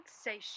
say